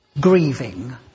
grieving